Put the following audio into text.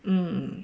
um